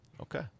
Okay